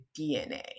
dna